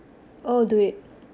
oh do it